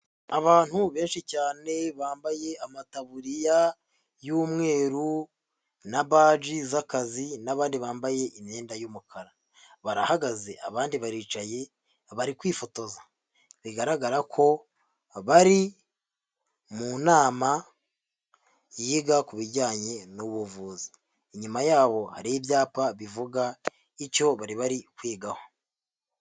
Abantu benshi cyane bambaye amataburiya y'umweru na baji z'akazi n'abandi bambaye imyenda y'umukara, barahagaze abandi baricaye, bari kwifotoza, bigaragara ko bari mu nama yiga ku bijyanye n'ubuvuzi, inyuma yabo hariho ibyapa bivuga icyo bari bari kwigaho.